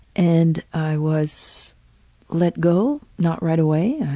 and i was let go, not right away.